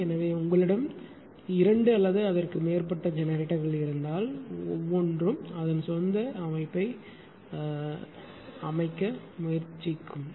எனவே உங்களிடம் இரண்டு அல்லது அதற்கு மேற்பட்ட ஜெனரேட்டர்கள் இருந்தால் ஒவ்வொருவரும் அதன் சொந்த அமைப்பை அமைக்க முயற்சிப்பார்கள்